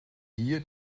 hier